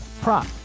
prop